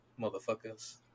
motherfuckers